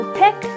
pick